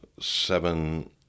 seven